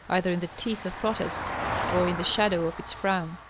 either in the teeth of protest or in the shadow of its frown.